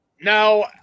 Now